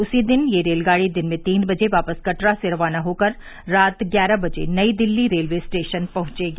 उसी दिन यह रेलगाड़ी दिन में तीन बजे वापस कटरा से रवाना होकर रात ग्यारह बजे नई दिल्ली रेलवे स्टेशन पहुंचेगी